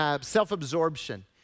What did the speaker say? self-absorption